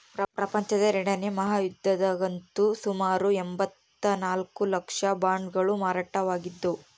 ಪ್ರಪಂಚದ ಎರಡನೇ ಮಹಾಯುದ್ಧದಗಂತೂ ಸುಮಾರು ಎಂಭತ್ತ ನಾಲ್ಕು ಲಕ್ಷ ಬಾಂಡುಗಳು ಮಾರಾಟವಾಗಿದ್ದವು